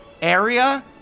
Area